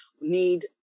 need